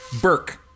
Burke